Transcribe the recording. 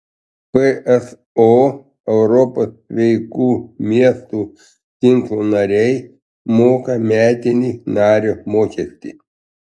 pso europos sveikų miestų tinklo nariai moka metinį nario mokestį